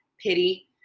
pity